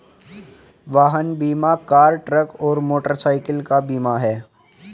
वाहन बीमा car, truck और मोटरसाइकिल का बीमा है